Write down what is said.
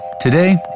Today